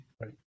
Right